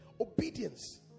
Obedience